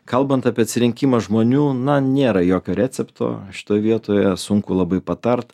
kalbant apie atsirinkimą žmonių na nėra jokio recepto šitoj vietoje sunku labai patart